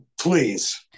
Please